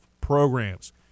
programs